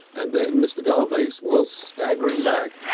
and then mr. garvace was staggering back,